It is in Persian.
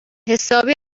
حسابی